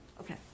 Okay